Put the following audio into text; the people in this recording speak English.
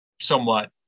somewhat